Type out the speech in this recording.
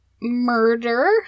murder